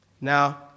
Now